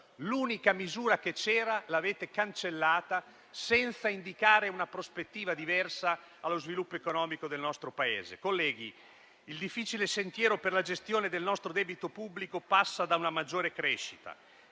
L'unica misura che c'era l'avete cancellata senza indicare una prospettiva diversa allo sviluppo economico del nostro Paese. Colleghi, il difficile sentiero per la gestione del nostro debito pubblico passa da una maggiore crescita,